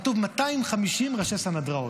כתוב 250 ראשי סנהדריות.